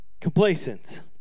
complacent